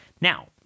Now